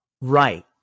Right